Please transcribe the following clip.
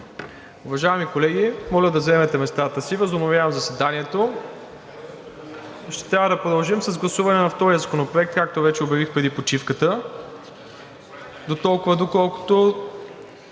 Уважаеми колеги, моля да заемете местата си. Възобновявам заседанието. Ще трябва да продължим с гласуване на втория Проект за решение, както вече обявих преди почивката, дотолкова, доколкото